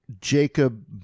Jacob